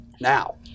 now